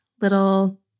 little